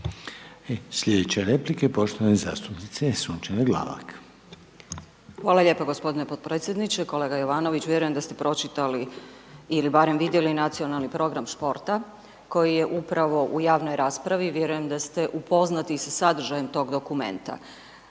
Sljedeća replika poštovane zastupnice Sunčane Glavak. **Glavak, Sunčana (HDZ)** Hvala lijepa g. potpredsjedniče, kolega Jovanović. Vjerujem da ste pročitali ili barem vidjeli nacionalni program športa koji je upravo u javnoj raspravi, vjerujem da ste upoznati sa sadržajem tog dokumenta.